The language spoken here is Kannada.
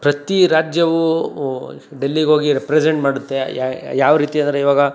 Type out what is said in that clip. ಪ್ರತಿ ರಾಜ್ಯವು ಡೆಲ್ಲಿಗೋಗಿ ರೆಪ್ರೆಸೆಂಟ್ ಮಾಡುತ್ತೆ ಯಾವ ರೀತಿ ಅಂದರೆ ಇವಾಗ